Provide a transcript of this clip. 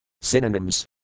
Synonyms